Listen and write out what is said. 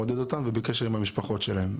מעודד אותם ובקשר עם המשפחות שלהם.